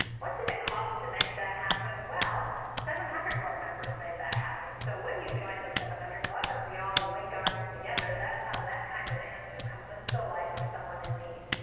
what did it cost to make that happen? well, seven hundred club members made that happen. so when you join the seven hundred club and we all link arms together, that's how that kind of answer comes into the life of someone in need.